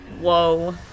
Whoa